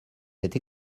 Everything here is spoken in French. cette